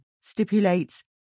stipulates